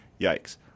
Yikes